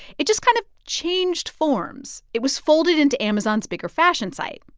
it just kind of changed forms. it was folded into amazon's bigger fashion site.